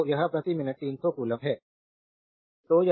तो यह प्रति मिनट 300 कूलम्ब है